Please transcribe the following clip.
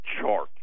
chart